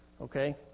okay